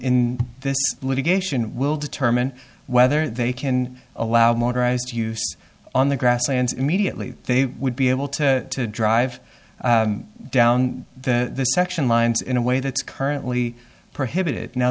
in this litigation will determine whether they can allow motorized use on the grasslands immediately they would be able to drive down the section lines in a way that's currently prohibited now